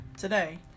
today